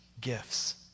gifts